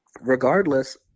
regardless